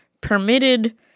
permitted